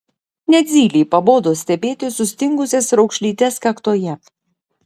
net zylei pabodo stebėti sustingusias raukšlytes kaktoje